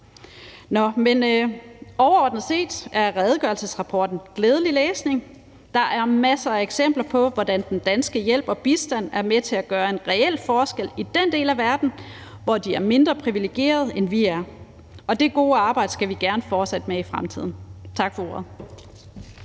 Overordnet set er redegørelsesrapporten glædelig læsning. Der er masser af eksempler på, hvordan den danske hjælp og bistand er med til at gøre en reel forskel i den del af verden, hvor de er mindre privilegerede, end vi er, og det gode arbejde skal vi gerne fortsætte med i fremtiden. Tak for ordet.